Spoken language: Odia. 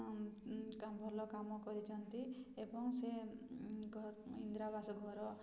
ଭଲ କାମ କରିଛନ୍ତି ଏବଂ ସେ ଇନ୍ଦିରାବାସ ଘର